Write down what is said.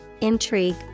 intrigue